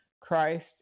Christ